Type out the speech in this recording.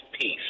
peace